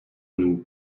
nous